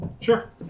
Sure